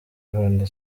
ivan